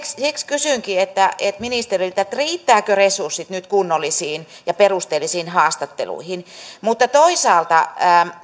siksi kysynkin ministeriltä riittävätkö resurssit nyt kunnollisiin ja perusteellisiin haastatteluihin mutta toisaalta